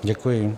Děkuji.